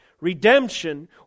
Redemption